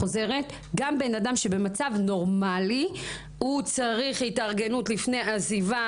חוזרת: גם בן-אדם במצב נורמלי צריך התארגנות לפני עזיבה,